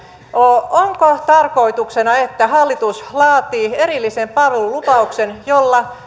onko tarkoituksena että hallitus laatii erillisen palvelulupauksen jolla